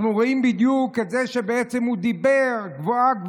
אנחנו רואים בדיוק את זה שבעצם הוא דיבר גבוהה-גבוהה